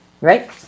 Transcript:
Right